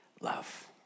love